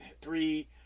three